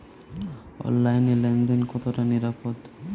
অনলাইনে লেন দেন কতটা নিরাপদ?